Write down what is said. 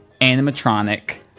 Animatronic